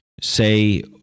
say